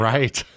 Right